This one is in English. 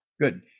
Good